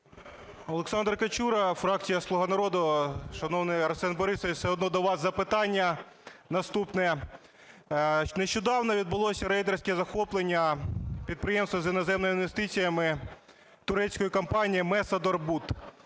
Олександр Качура, фракція "Слуга народу". Шановний Арсене Борисовичу, все одно до вас запитання наступне. Нещодавно відбулося рейдерське захоплення підприємства з іноземними інвестиціями, турецької компанії "МЕСА-ДОРБУД".